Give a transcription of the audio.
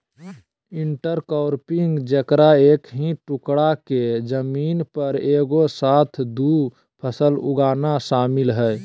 intercropping जेकरा एक ही टुकडा के जमीन पर एगो साथ दु फसल उगाना शामिल हइ